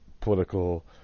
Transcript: political